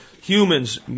humans